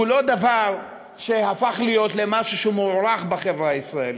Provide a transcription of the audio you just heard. הוא לא דבר שהפך להיות משהו שהוא מוערך בחברה הישראלית.